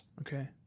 Okay